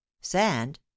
sand